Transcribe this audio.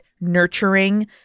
nurturing